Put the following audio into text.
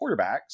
quarterbacks